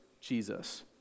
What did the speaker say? Jesus